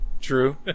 true